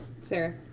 Sarah